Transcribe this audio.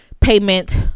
payment